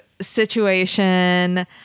situation